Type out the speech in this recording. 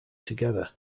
together